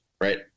right